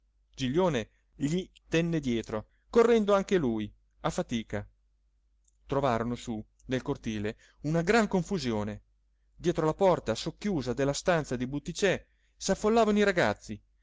giglione gli tenne dietro correndo anche lui a fatica trovarono su nel cortile una gran confusione dietro la porta socchiusa della stanza di butticè s'affollavano i ragazzi